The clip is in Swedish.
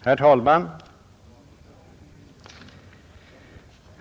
Herr talman!